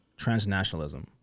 transnationalism